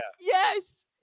Yes